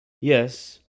Yes